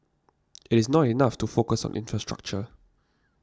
it is not enough to focus on infrastructure